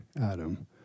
Adam